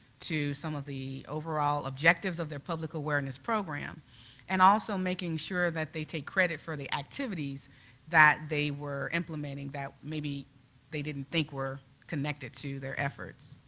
to some of the overall objectives of public awareness program and also making sure that they take credit for the activities that they were implementing that maybe they didn't think were connected to their efforts.